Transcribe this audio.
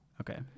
Okay